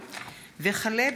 אורי מקלב ויצחק פינדרוס,